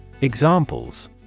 Examples